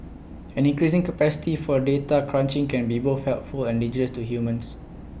an increasing capacity for data crunching can be both helpful and dangerous to humans